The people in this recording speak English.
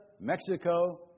Mexico